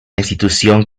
institución